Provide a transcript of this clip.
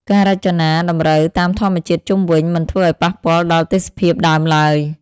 ការរចនាតម្រូវតាមធម្មជាតិជុំវិញ មិនធ្វើឱ្យប៉ះពាល់ដល់ទេសភាពដើមឡើយ។